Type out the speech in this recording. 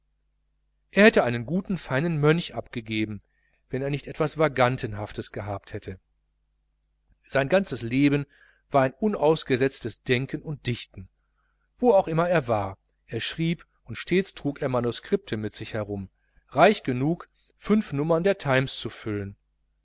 er hätte einen guten feinen mönch abgegeben wenn er nicht etwas vagantenhaftes gehabt hätte sein ganzes leben war ein unausgesetztes denken und dichten wo auch immer er war er schrieb und stets trug er manuskripte mit sich herum reich genug fünf nummern der times zu füllen